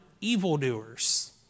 evildoers